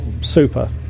Super